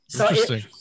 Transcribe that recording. Interesting